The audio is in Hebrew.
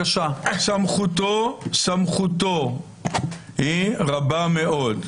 סמכותו היא רבה מאוד.